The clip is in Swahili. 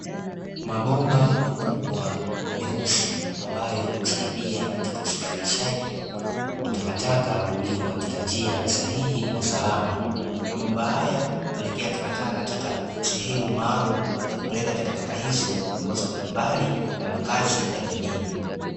Mabomba makubwa meusi ambayo husadia katika usafirishaji wa takataka uliyo katika njia sahihi na salama. Mabomba haya hupelekea takataka katika sehemu maalumu za kupeleka takataka hizo ambazo ni mbali na makazi ya jamii.